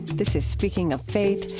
this is speaking of faith.